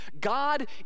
God